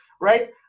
Right